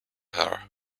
her